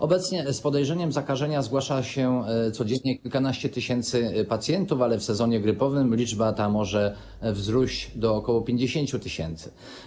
Obecnie z podejrzeniem zakażenia zgłasza się codziennie kilkanaście tysięcy pacjentów, ale w sezonie grypowym liczba ta może wzrosnąć do ok. 50 tys.